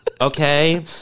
Okay